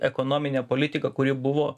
ekonomine politika kuri buvo